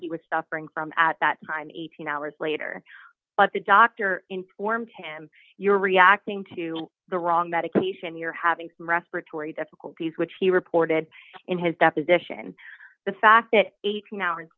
he was suffering from at that time eighteen hours later but the doctor informed him you're reacting to the wrong medication you're having some respiratory difficulties which he reported in his deposition the fact that eighteen hours